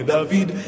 David